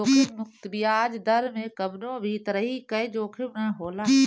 जोखिम मुक्त बियाज दर में कवनो भी तरही कअ जोखिम ना होला